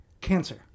Cancer